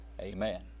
amen